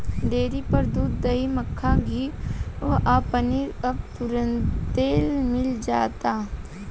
dairy पर दूध, दही, मक्खन, घीव आ पनीर अब तुरंतले मिल जाता